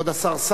כבוד השר,